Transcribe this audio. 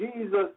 Jesus